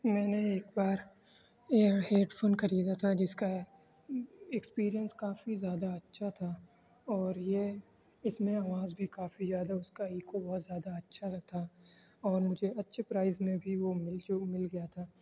میں نے ایک بار ایئر ہیڈ فون خریدا تھا جس کا ایکسپیرینس کافی زیادہ اچھا تھا اور یہ اس میں آواز بھی کافی زیادہ اس کا ایکو بہت زیادہ اچھا تھا اور مجھے اچھے پرائز میں بھی وہ مل جو مل گیا تھا